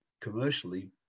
commercially